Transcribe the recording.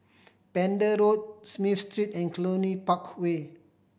Pender Road Smith Street and Cluny Park Way